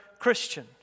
Christian